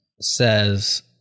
says